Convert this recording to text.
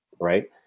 right